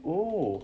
oh